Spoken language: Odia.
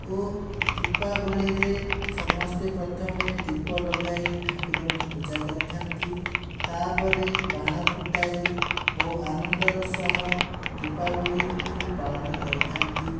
ଓ ଦୀପାବଳିରେ ସମସ୍ତେ ପ୍ରଥମେ ଦୀପ ଲଗାଇ ଠାକୁରଙ୍କୁ ପୂଜା କରିଥାନ୍ତି ତା'ପରେ ବାଣ ଫୁଟାଇ ବହୁ ଆନନ୍ଦର ସହ ଦୀପାବଳିକୁ ପାଳନ କରିଥାନ୍ତି